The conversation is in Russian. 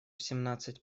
семнадцать